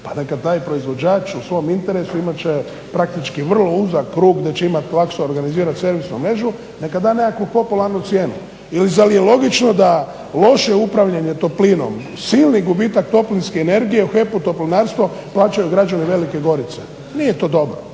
pa neka taj proizvođač u svom interesu imat će vrlo uzak krug da će imati … servisnu mrežu neka da neku popularnu cijenu ili zar je logično da loše upravljanje toplinom silni gubitak toplinske energije u HEP Toplinarstvo plaćaju građani Velike Gorice. Nije to dobro